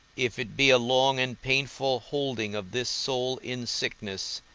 if it be a long and painful holding of this soul in sickness,